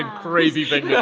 and crazy thing yeah